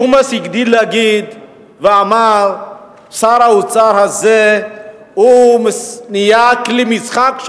ג'ומס הגדיל ואמר ששר האוצר הזה נהיה כלי משחק,